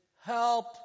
help